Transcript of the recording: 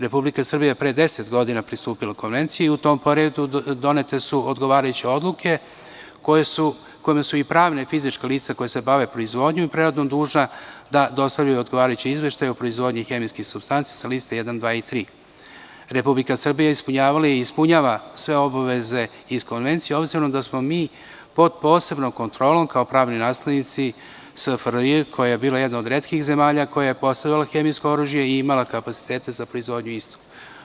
Republika Srbije je pre 10 godina pristupila Konvenciji i u tom periodu donete su odgovarajuće odluke kojima su i pravna i fizička lica koja se bave proizvodnjom i preradom dužna da dostavljaju odgovarajuće izveštaje o proizvodnji hemijskih supstanci sa Liste 1, 2. i 3. Republika Srbija ispunjavala je i ispunjava sve obaveze iz Konvencije, obzirom da smo mi pod posebnom kontrolom, kao pravni naslednici SFRJ koja je bila jedna od retkih zemalja koja je posedovala hemijsko oružje i imala kapacitete za proizvodnju istog.